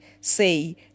say